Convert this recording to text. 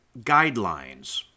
guidelines